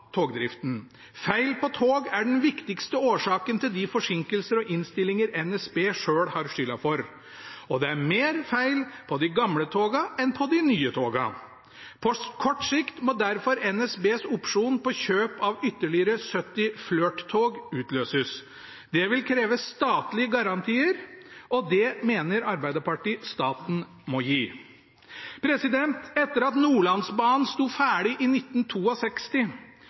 Feil på tog er den viktigste årsaken til de forsinkelsene og innstillingene NSB selv har skylda for, og det er mer feil på de gamle togene enn på de nye togene. På kort sikt må derfor NSBs opsjon på kjøp av ytterligere 70 Flirt-tog utløses. Det vil kreve statlige garantier, og det mener Arbeiderpartiet staten må gi. Etter at Nordlandsbanen sto ferdig i